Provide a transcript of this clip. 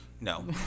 no